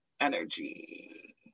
energy